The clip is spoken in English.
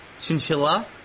Chinchilla